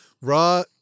raw